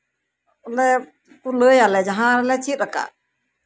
ᱞᱮ ᱞᱟᱹᱭ ᱟᱞᱮ ᱡᱟᱦᱟᱸ ᱨᱮᱞᱮ ᱪᱮᱫ ᱟᱠᱟᱫ